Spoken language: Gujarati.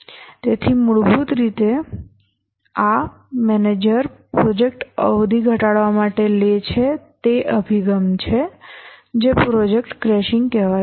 તેથી મૂળભૂત રીતે આ મેનેજર પ્રોજેક્ટ અવધિ ઘટાડવા માટે લે છે તે અભિગમ છે જે પ્રોજેક્ટ ક્રેશીંગ કહેવાય છે